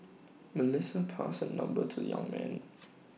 Melissa passed her number to young man